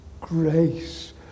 grace